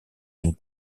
une